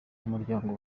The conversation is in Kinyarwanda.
muryango